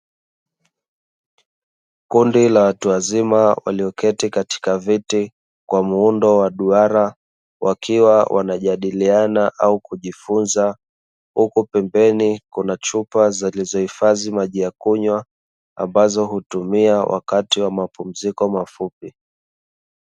Kundi la watu wazima walioketi katika viti kwa muundo wa duara, wakiwa wanajadiliana au kujifunza huku pembeni kuna chupa zilizohifadhi maji ya kunywa; ambazo hutumia wakati wa mapumziko mafupi.